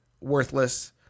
worthless